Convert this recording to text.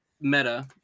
meta